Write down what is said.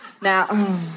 Now